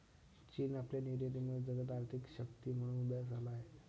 चीन आपल्या निर्यातीमुळे जगात आर्थिक शक्ती म्हणून उदयास आला आहे